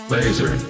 Laser